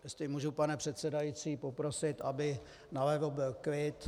Jestli můžu, pane předsedající, poprosit, aby nalevo byl klid.